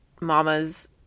mamas